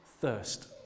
thirst